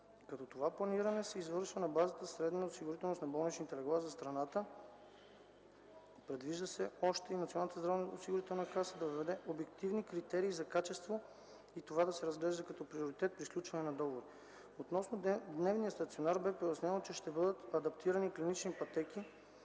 като това планиране се извършва на база средната осигуреност с болнични легла за страната. Предвижда се още и Националната здравноосигурителна каса да въведе обективни критерии за качество и това да се разглежда като приоритет при сключване на договори. Относно дневния стационар бе пояснено, че ще бъдат адаптирани клинични пътеки.